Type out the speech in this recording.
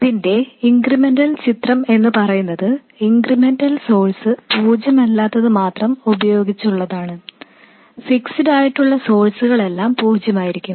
ഇതിന്റെ ഇൻക്രിമെന്റൽ ചിത്രം എന്നു പറയുന്നത് ഇൻക്രിമെന്റൽ സോഴ്സ് പൂജ്യമല്ലാത്തത് മാത്രം ഉപയോഗിച്ച് ഉള്ളതാണ് ഫിക്സഡ് ആയിട്ടുള്ള സോഴ്സ്കൾ എല്ലാം പൂജ്യമായിരിക്കും